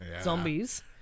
zombies